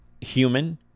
human